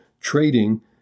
trading